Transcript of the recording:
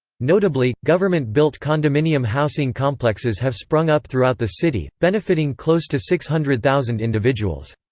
notably, government-built condominium housing complexes have sprung up throughout the city, benefiting close to six hundred thousand individuals.